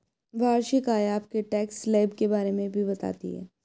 वार्षिक आय आपके टैक्स स्लैब के बारे में भी बताती है